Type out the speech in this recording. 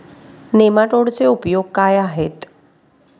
नेमाटोडचे उपयोग काय आहेत?